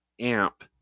AMP